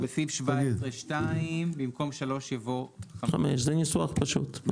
בסעיף 17 (2) במקום 3 יבוא 5. 5 זה ניסוח פשוט.